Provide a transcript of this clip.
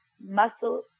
muscle